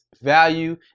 value